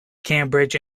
cambridge